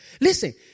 Listen